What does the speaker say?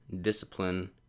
discipline